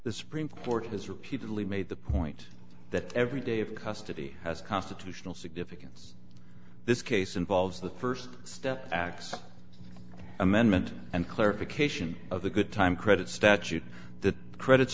the supreme court has repeatedly made the point that every day of custody has constitutional significance this case involves the st step x amendment and clarification of the good time credit statute that credits